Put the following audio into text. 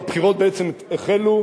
והבחירות בעצם החלו,